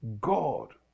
God